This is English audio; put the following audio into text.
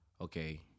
okay